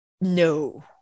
no